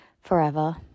forever